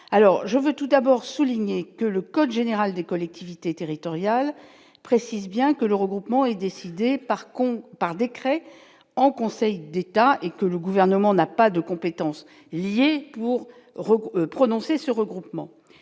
je veux tout d'abord souligner que le code général des collectivités territoriales précise bien que le regroupement et décidée par compte par décret en Conseil d'État et que le gouvernement n'a pas de compétences liées au recours prononcé ce regroupement,